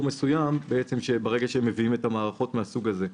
מסוים כאשר הם מביאים מערכות מן הסוג הזה.